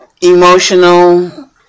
emotional